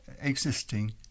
existing